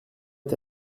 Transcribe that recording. est